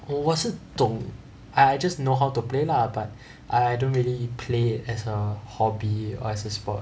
我是懂 I I just know how to play lah but I I don't really play it as a hobby or as a sport